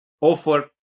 offer